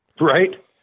Right